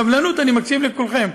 סבלנות, אני מקשיב לכולכם.